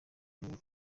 rumwe